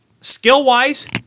skill-wise